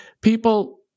people